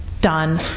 done